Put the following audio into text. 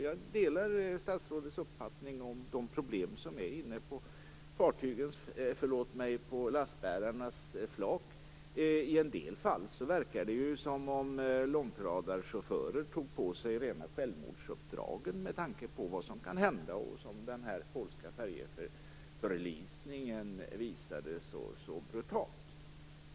Jag delar statsrådets uppfattning om de problem som finns inne på lastbärarnas flak. I en del fall verkar det som om långtradarchaufförer tog på sig rena självmordsuppdragen med tanke på vad som kan hända, vilket också den polska färjeförlisningen så brutalt visade.